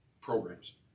programs